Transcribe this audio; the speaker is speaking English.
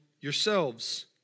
yourselves